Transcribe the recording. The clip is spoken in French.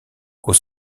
aux